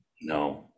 No